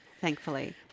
thankfully